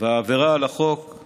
והעבירה על החוק על